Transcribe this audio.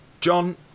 john